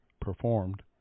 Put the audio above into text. performed